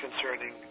concerning